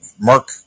Mark